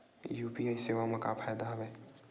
UPI सेवा मा का फ़ायदा हवे?